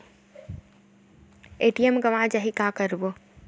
ATM गवां जाहि का करबो?